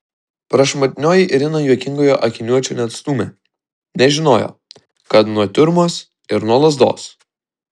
prašmatnioji irina juokingojo akiniuočio neatstūmė nes žinojo kad nuo tiurmos ir nuo lazdos